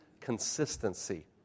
consistency